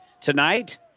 Tonight